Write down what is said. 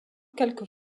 quelques